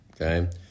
Okay